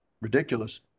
ridiculous